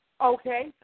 Okay